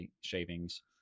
shavings